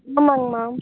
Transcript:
ஆமாங்க மேம்